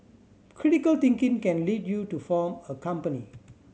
critical thinking can lead you to form a company